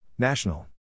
National